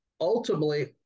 ultimately